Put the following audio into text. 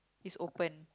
is open